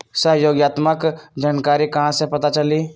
सहयोगात्मक जानकारी कहा से पता चली?